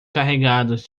carregados